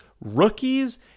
rookies